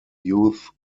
youth